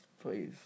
Please